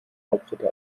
hauptstädte